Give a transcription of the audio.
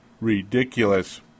ridiculous